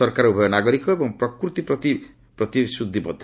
ସରକାର ଉଭୟ ନାଗରିକ ଏବଂ ପ୍ରକୃତି ପ୍ରତି ପ୍ରତିଶ୍ରୁତିବଦ୍ଧ